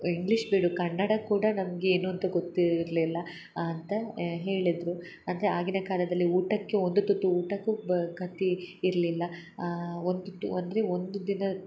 English ಬಿಡು ಕನ್ನಡ ಕೂಡ ನಮಗೆ ಏನು ಅಂತ ಗೊತ್ತಿರಲಿಲ್ಲ ಅಂತ ಹೇಳಿದರು ಅಂದರೆ ಆಗಿನ ಕಾಲದಲ್ಲಿ ಊಟಕ್ಕೆ ಒಂದು ತುತ್ತು ಊಟಕ್ಕು ಬ ಗತಿ ಇರಲಿಲ್ಲ ಒಂದು ತುತ್ತು ಅಂದರೆ ಒಂದು ದಿನ